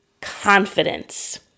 confidence